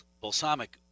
balsamic